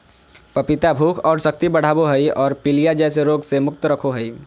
पपीता भूख और शक्ति बढ़ाबो हइ और पीलिया जैसन रोग से मुक्त रखो हइ